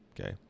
Okay